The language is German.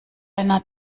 einer